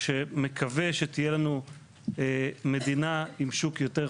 שמקווה שתהיה לנו מדינה עם שוק יותר חופשי,